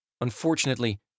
Unfortunately